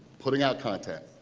putting out content.